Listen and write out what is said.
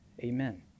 amen